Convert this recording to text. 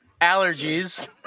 Allergies